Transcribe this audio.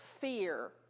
fear